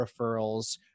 referrals